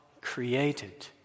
created